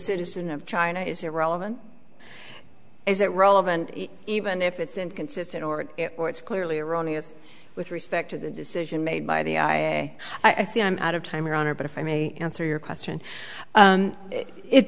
citizen of china is irrelevant is that relevant even if it's inconsistent or or it's clearly erroneous with respect to the decision made by the way i see i'm out of time your honor but if i may answer your question